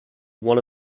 one